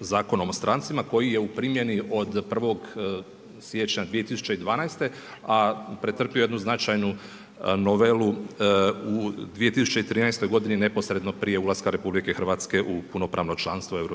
Zakonom o strancima koji je u primjeni od 1. siječnja 2012., a pretrpio je jednu značajnu novelu u 2013. godini neposredno prije ulaska RH u punopravno članstvo EU.